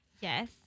yes